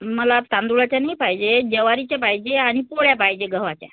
मला तांदुळाच्या नाही पाहिजे जवारीच्या पाहिजे आणि पोळ्या पाहिजे गव्हाच्या